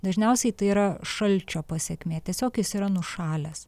dažniausiai tai yra šalčio pasekmė tiesiog jis yra nušalęs